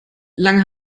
lange